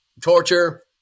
torture